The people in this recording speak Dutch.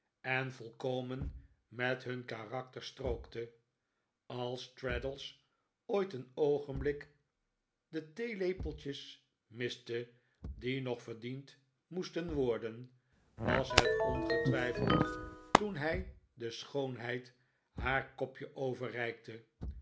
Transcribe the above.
en volkomen met hun karakter strookte als traddles ooit een oogenblik de theelepeltjes miste die nog verdiend moesten worden was het ongetwijfeld toen hij de schoonheid haar kopje